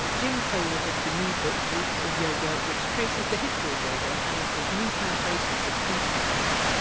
jim co-authored the new book roots of yoga, which traces the history of yoga and offers new translations of key texts.